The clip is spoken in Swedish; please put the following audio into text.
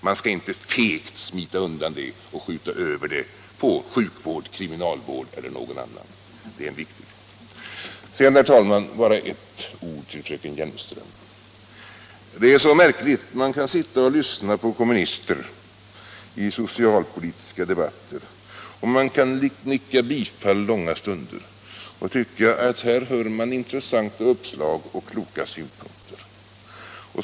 Man skall inte fegt smita undan det och skjuta över det på sjukvård, kriminalvård eller någon annan — det är viktigt. Sedan, herr talman, vill jag helt kort vända mig till fröken Hjelmström. Det är märkligt att man kan sitta och lyssna på kommunister i socialpolitiska debatter och nicka bifall långa stunder därför att man tycker att man får nya uppslag och kloka synpunkter.